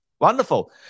wonderful